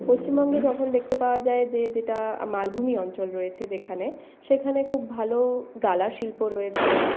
পশ্চিমবঙ্গে যখন দেখতে পাওয়া যায় যে যেটা মালভূমি অঞ্চল রয়েছে যেখানে সেখানে খুব ভালো গালাশিল্প রয়েছে